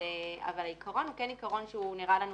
אבל העיקרון הוא כן עיקרון שנראה לנו